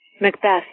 Macbeth